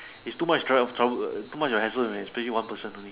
its too much tro~ trouble err too much of a hassle man especially one person only